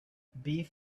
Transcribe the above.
beef